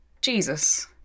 Jesus